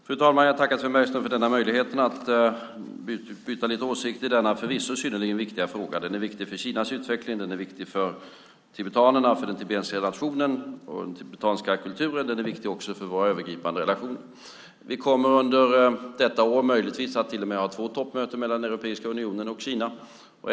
Fru talman! Jag tackar Sven Bergström för denna möjlighet att utbyta lite åsikter i denna förvisso synnerligen viktiga fråga. Den är viktig för Kinas utveckling, den är viktig för tibetanerna, för den tibetanska nationen och den tibetanska kulturen, och den är också viktig för våra övergripande relationer. Vi kommer under detta år möjligtvis att ha till och med två toppmöten mellan Europeiska unionen och Kina.